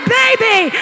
baby